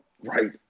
Right